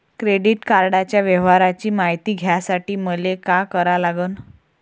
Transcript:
Credit कार्डाच्या व्यवहाराची मायती घ्यासाठी मले का करा लागन?